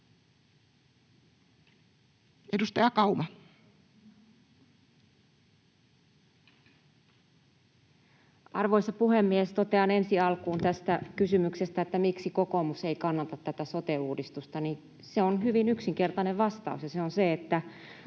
Content: Arvoisa puhemies! Totean ensi alkuun kysymykseen siitä, miksi kokoomus ei kannata sote-uudistusta: Siihen on hyvin yksinkertainen vastaus, ja se on se, että